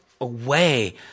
away